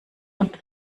und